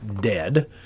dead